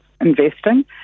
investing